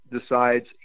decides